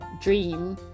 dream